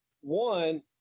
one